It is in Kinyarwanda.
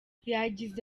yagize